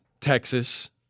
Texas